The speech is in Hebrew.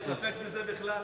יש ספק בזה בכלל?